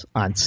on